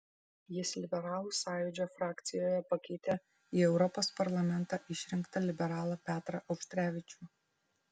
jis liberalų sąjūdžio frakcijoje pakeitė į europos parlamentą išrinktą liberalą petrą auštrevičių